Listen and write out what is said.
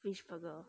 fish burger